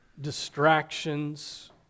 distractions